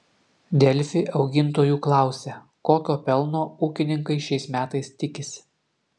delfi augintojų klausia kokio pelno ūkininkai šiais metais tikisi